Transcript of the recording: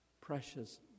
precious